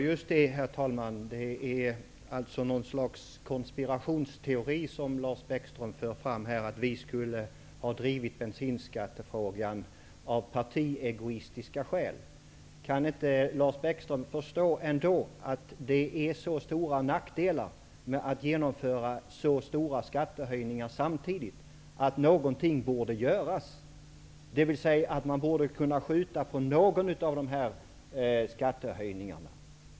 Herr talman! Det är alltså något slags konspirationsteori som Lars Bäckström för fram, att vi skulle ha drivit bensinskattefrågan av partiegoistiska skäl. Kan inte Lars Bäckström ändå förstå att det är så stora nackdelar med att genomföra stora skattehöjningar samtidigt, att någonting borde göras? Man borde kunna skjuta på någon av dessa skattehöjningar.